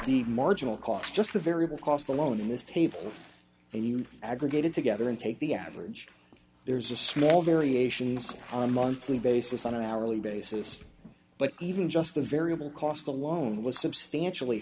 the marginal cost just the variable cost alone in this table and you aggregated together and take the average there's a small variations on a monthly basis on an hourly basis but even just the variable cost alone was substantially